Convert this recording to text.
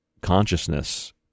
consciousness